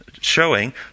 showing